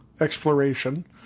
exploration